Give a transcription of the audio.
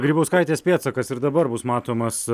grybauskaitės pėdsakas ir dabar bus matomas